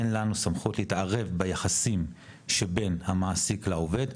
אין לנו סמכות להתערב ביחסים שבין המעסיק לעובד,